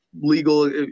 legal